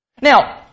Now